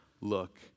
look